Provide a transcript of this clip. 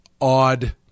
odd